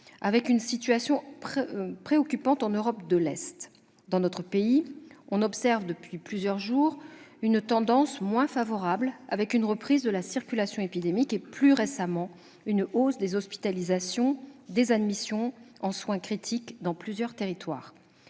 avec une situation préoccupante en Europe de l'Est. Dans notre pays, on observe depuis plusieurs jours une tendance moins favorable, avec une reprise de la circulation épidémique et, plus récemment, une hausse des hospitalisations et des admissions en soins critiques dans plusieurs territoires.